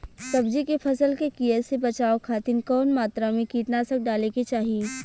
सब्जी के फसल के कियेसे बचाव खातिन कवन मात्रा में कीटनाशक डाले के चाही?